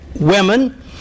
women